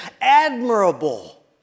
admirable